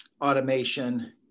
automation